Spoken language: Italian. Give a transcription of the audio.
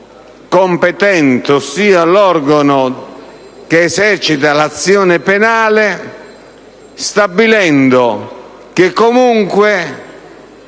competente, ossia all'organo che esercita l'azione penale, stabilendo che,